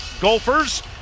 golfers